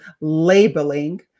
labeling